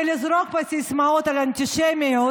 לזרוק פה סיסמאות על אנטישמיות,